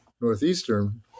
Northeastern